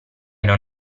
non